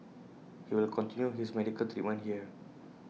he will continue his medical treatment here